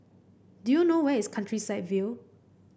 do you know where is Countryside View